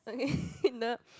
okay the